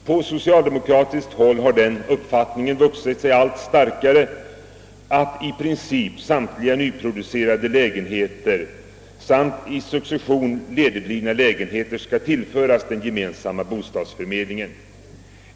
På socialdemokratiskt håll har den uppfattningen vuxit sig allt starkare att i princip samtliga nyproducerade lägenheter samt i succession ledigblivna lägenheter skall tillföras den gemen samma bostadsförmedlingen.